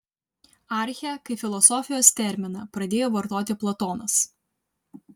archę kaip filosofijos terminą pradėjo vartoti platonas